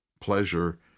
pleasure